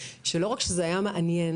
שלא רק שזה היה מעניין,